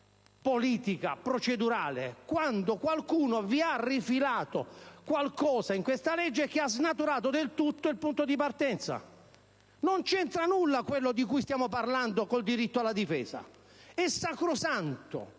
Non c'entra nulla quello di cui stiamo parlando con il diritto alla difesa che è sacrosanto